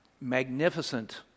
magnificent